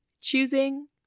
choosing